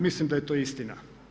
Mislim da je to istina.